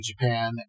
Japan